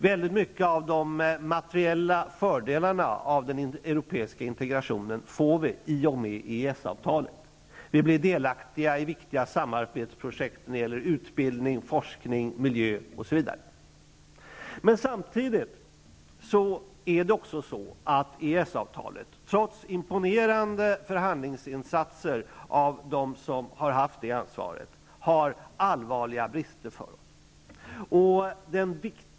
Väldigt många av de materiella fördelarna med den europeiska integrationen får vi i och med EES-avtalet. Vi blir delaktiga i viktiga samarbetsprojekt som gäller utbildning, forskning, miljö osv. Samtidigt har EES-avtalet, trots imponerande förhandlingsinsatser av dem som har haft det ansvaret, allvarliga brister.